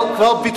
אז מה אתה מציע?